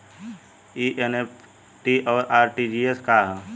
ई एन.ई.एफ.टी और आर.टी.जी.एस का ह?